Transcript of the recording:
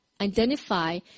identify